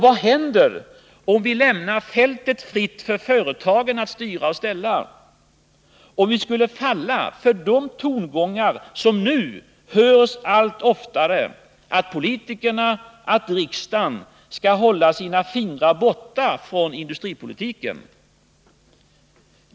Vad händer om vi lämnar fältet fritt för företagen att styra och ställa? Om vi skulle falla för de tongångar som nu hörs allt oftare, att politikerna — riksdagen — skall hålla sina fingrar borta från industripolitiken, vad skulle då hända?